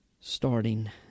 starting